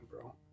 bro